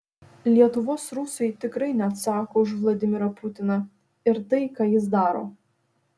lietuvos rusai tikrai neatsako už vladimirą putiną ir tai ką jis daro